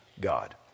god